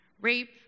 rape